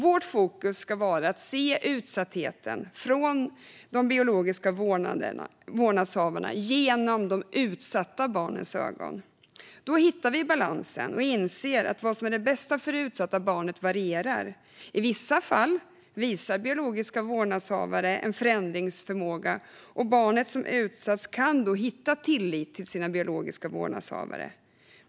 Vårt fokus ska vara att se utsattheten från de biologiska vårdnadshavarna genom de utsatta barnens ögon. Då hittar vi balansen och inser att vad som är det bästa för det utsatta barnet varierar. I vissa fall visar biologiska vårdnadshavare en förändringsförmåga, och barnet som utsatts kan då hitta tillit till sina biologiska vårdnadshavare.